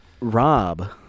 Rob